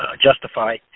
justify